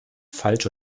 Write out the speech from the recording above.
falsch